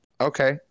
okay